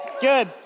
Good